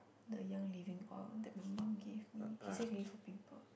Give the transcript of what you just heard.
the young living oil that my mum gave me she say can use for pimple